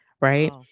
Right